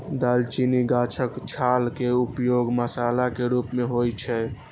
दालचीनी गाछक छाल के उपयोग मसाला के रूप मे होइ छै